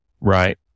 right